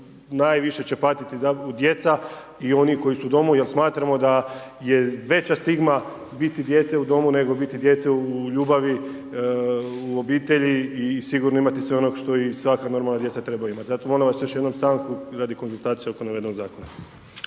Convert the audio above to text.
najviše će patiti djeca i oni koji su u domu jer smatramo da je veća stigma biti dijete u domu nego biti dijete u ljubavi, u obitelji i sigurno imati sve ono što i svaka normalna djeca trebaju imati. Zato molim vas još jednom stanku radi konzultacije oko .../Govornik